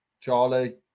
Charlie